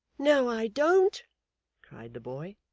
no i don't cried the boy.